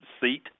seat